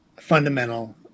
Fundamental